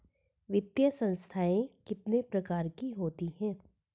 वित्तीय संस्थाएं कितने प्रकार की होती हैं?